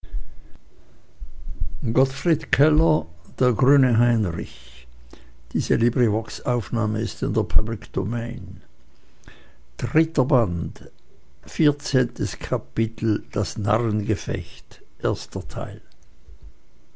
gottfried keller der grüne heinrich erster band erstes kapitel